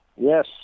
Yes